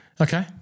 Okay